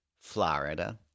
Florida